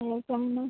may I coming ma'am